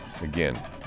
Again